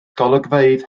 golygfeydd